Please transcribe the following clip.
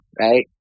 right